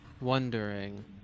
wondering